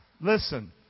listen